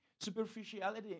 Superficiality